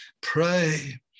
pray